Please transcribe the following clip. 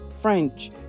French